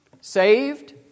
Saved